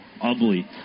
ugly